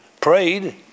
prayed